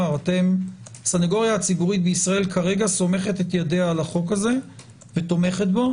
אבל הסנגוריה הציבורית בישראל כרגע סומכת ידיה על החוק הזה ותומכת בו.